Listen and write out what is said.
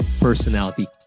personality